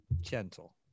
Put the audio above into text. gentle